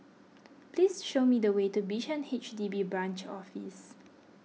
please show me the way to Bishan H D B Branch Office